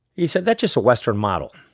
he said, that's just a western model.